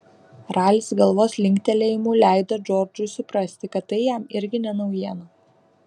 ralis galvos linktelėjimu leido džordžui suprasti kad tai jam irgi ne naujiena